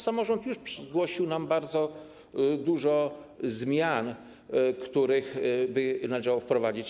Samorząd już zgłosił nam bardzo dużo zmian, które należałoby wprowadzić.